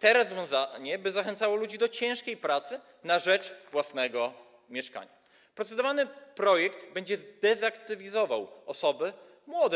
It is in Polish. To rozwiązanie zachęcałoby ludzi do ciężkiej pracy na rzecz własnego mieszkania, zaś procedowany projekt będzie dezaktywizował młode osoby